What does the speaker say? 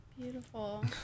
beautiful